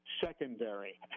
secondary